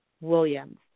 Williams